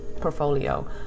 portfolio